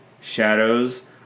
Shadows